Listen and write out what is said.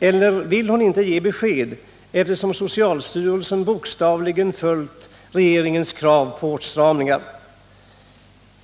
Eller vill hon inte ge besked, eftersom socialstyrelsen bokstavligen följt regeringens krav på åtstramningar?